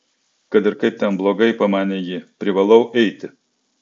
kad ir kaip ten blogai pamanė ji privalau eiti